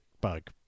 bug